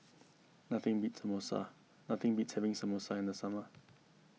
nothing beat Samosa nothing beats having Samosa in the summer